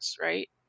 right